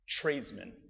tradesmen